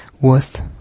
Worth